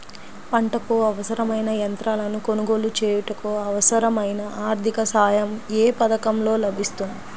పంటకు అవసరమైన యంత్రాలను కొనగోలు చేయుటకు, అవసరమైన ఆర్థిక సాయం యే పథకంలో లభిస్తుంది?